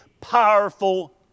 powerful